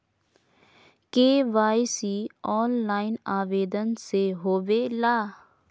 KYC online आवेदन से होवे ला?